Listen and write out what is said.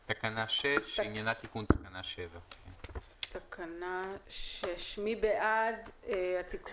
על תקנה 6, שעניינה תיקון תקנה 7. מי בעד התיקון?